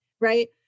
Right